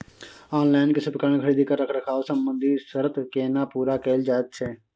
Online कृषि उपकरण खरीद पर रखरखाव संबंधी सर्त केना पूरा कैल जायत छै?